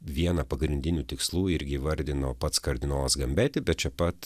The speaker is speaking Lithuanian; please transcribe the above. vieną pagrindinių tikslų irgi įvardino pats kardinolas gambeti bet čia pat